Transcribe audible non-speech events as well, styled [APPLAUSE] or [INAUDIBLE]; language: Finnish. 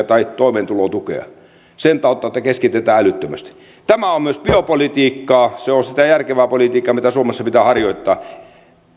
[UNINTELLIGIBLE] tai toimeentulotukea sen tautta että keskitetään älyttömästi tämä on myös biopolitiikkaa sitä järkevää politiikkaa mitä suomessa pitää harjoittaa